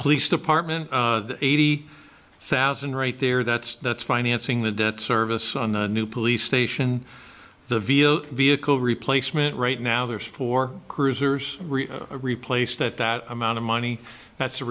police department eighty thousand right there that's that's financing the debt service on the new police station the vehicle replacement right now there's four cruisers replaced at that amount of money that's a